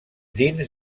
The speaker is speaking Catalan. dins